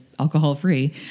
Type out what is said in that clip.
alcohol-free